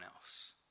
else